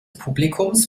publikums